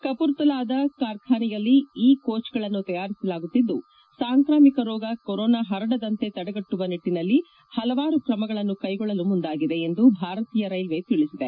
ಕಪುರ್ತಲಾದ ಕಾರ್ಖಾನೆಯಲ್ಲಿ ಈ ಕೋಚ್ಗಳನ್ನು ತಯಾರಿಸಲಾಗುತ್ತಿದ್ದು ಸಾಂಕ್ರಾಮಿಕ ರೋಗ ಕೊರೋನಾ ಪರಡದಂತೆ ತಡೆಗಟ್ಟುವ ನಿಟ್ಟನಲ್ಲಿ ಹಲವಾರು ಕ್ರಮಗಳನ್ನು ಕ್ಲೆಗೊಳ್ಳಲು ಮುಂದಾಗಿದೆ ಎಂದು ಭಾರತೀಯ ರೈಲ್ವೆ ತಿಳಿಸಿದೆ